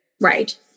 Right